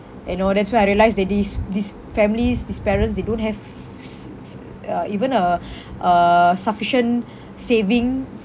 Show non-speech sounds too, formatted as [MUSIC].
you know that's why I realised that these these families these parents they don't have s~ s~ uh even a [BREATH] a sufficient saving